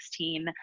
2016